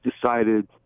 decided